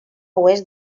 oest